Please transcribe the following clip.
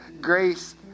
grace